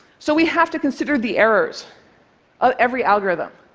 so we have to consider the errors of every algorithm.